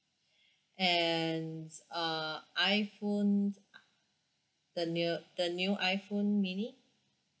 and uh iphone the near the new iphone mini